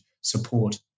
support